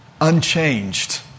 unchanged